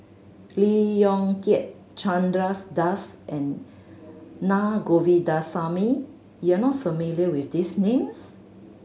Lee Yong Kiat Chandra Das and Na Govindasamy you are not familiar with these names